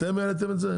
אתם העליתם את זה?